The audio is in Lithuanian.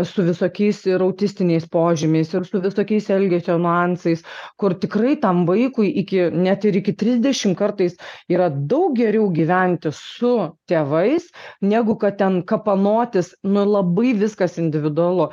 su visokiais ir autistiniais požymiais ir su visokiais elgesio niuansais kur tikrai tam vaikui iki net ir iki trisdešimt kartais yra daug geriau gyventi su tėvais negu kad ten kapanotis nu labai viskas individualu